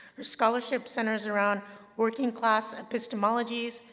her scholarship centers around working-class epistemologies,